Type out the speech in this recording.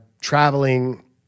traveling